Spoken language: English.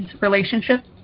relationship